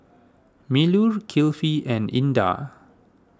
Melur Kifli and Indah